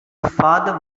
father